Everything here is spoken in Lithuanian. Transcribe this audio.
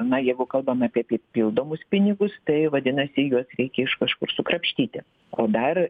na jeigu kalbame apie pripildomus pinigus tai vadinasi juos reikia iš kažkur sukrapštyti o dar